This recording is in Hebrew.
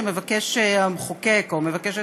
שהמחוקק מבקש,